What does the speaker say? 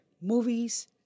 movies